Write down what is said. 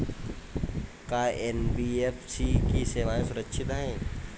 का एन.बी.एफ.सी की सेवायें सुरक्षित है?